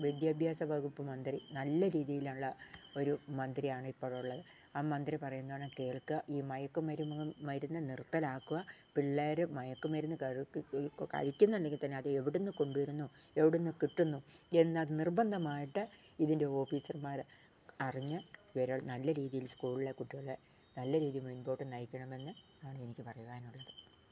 വിദ്യാഭ്യാസ വകുപ്പ് മന്ത്രി നല്ല രീതിയിലുള്ള ഒരു മന്ത്രിയാണ് ഇപ്പോൾ ഉള്ളത് ആ മന്ത്രി പറയുന്നത് കേൾക്കുക ഈ മയക്കു മരുന്ന് മരുന്ന് നിർത്തലാക്കുക പിള്ളേർ മയക്കു മരുന്ന് കഴിക്കുന്നുണ്ടെങ്കിൽ തന്നെ അത് എവിടെ നിന്ന് കൊണ്ടു വരുന്നു എവിടെ നിന്ന് കിട്ടുന്നു എന്ന് നിർബന്ധമായിട്ട് ഇതിൻ്റെ ഓഫീസർമാർ അറിഞ്ഞു വരൾ നല്ല രീതിയിൽ സ്കൂളിലെ കുട്ടികളെ നല്ല രീതിയിൽ മുൻപോട്ട് നയിക്കണമെന്ന് ആണ് എനിക് പറയുവാനുള്ളത്